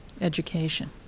education